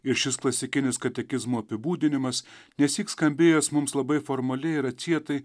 ir šis klasikinis katekizmo apibūdinimas nesyk skambėjęs mums labai formaliai ir atsietai